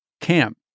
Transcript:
camp